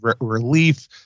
relief